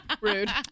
Rude